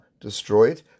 destroyed